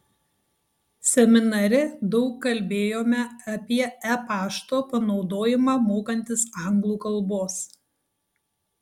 seminare daug kalbėjome apie e pašto panaudojimą mokantis anglų kalbos